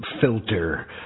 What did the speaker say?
filter